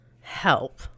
help